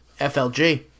FLG